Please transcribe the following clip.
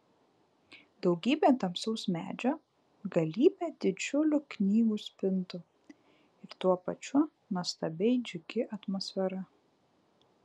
daugybė tamsaus medžio galybė didžiulių knygų spintų ir tuo pačiu nuostabiai džiugi atmosfera